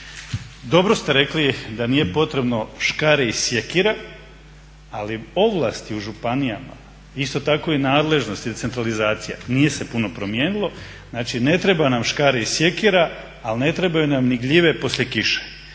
Dobro ste rekli da nije potrebno škare i sjekira ali ovlasti u županijama isto tako i nadležnosti i centralizacija nije se puno promijenilo. Znači ne treba nam škare i sjekira, ali ne trebaju nam ni gljive poslije kiše.